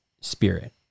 spirit